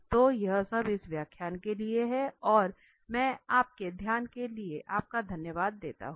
तो यह सब इस व्याख्यान के लिए है और मैं आपके ध्यान के लिए धन्यवाद देता हूं